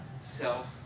self